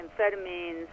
amphetamines